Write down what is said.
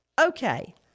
Okay